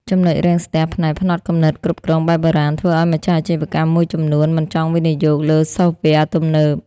ចំណុចរាំងស្ទះផ្នែក "ផ្នត់គំនិតគ្រប់គ្រងបែបបុរាណ" ធ្វើឱ្យម្ចាស់អាជីវកម្មមួយចំនួនមិនចង់វិនិយោគលើសូហ្វវែរទំនើប។